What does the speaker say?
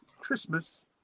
Christmas